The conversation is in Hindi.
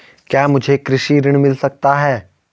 क्या मुझे कृषि ऋण मिल सकता है?